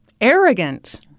arrogant